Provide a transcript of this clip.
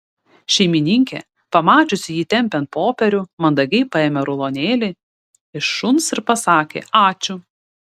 šeimininkė pamačiusi jį tempiant popierių mandagiai paėmė rulonėlį iš šuns ir pasakė ačiū